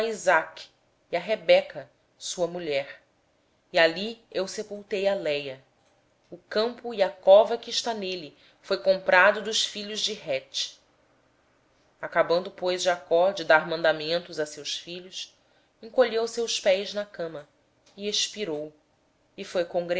e a rebeca sua mulher e ali eu sepultei a léia o campo e a cova que está nele foram comprados aos filhos de hete acabando jacó de dar estas instruçães a seus filhos encolheu os seus pés na cama expirou e foi